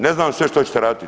Ne znam sve što ćete raditi.